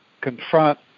confront